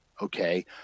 Okay